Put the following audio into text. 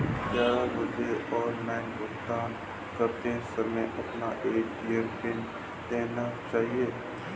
क्या मुझे ऑनलाइन भुगतान करते समय अपना ए.टी.एम पिन देना चाहिए?